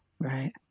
Right